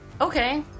Okay